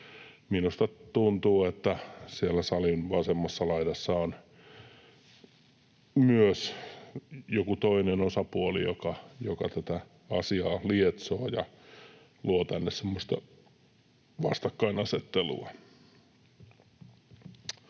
Minusta tuntuu, että myös siellä salin vasemmassa laidassa on joku toinen osapuoli, joka tätä asiaa lietsoo ja luo tänne semmoista vastakkainasettelua.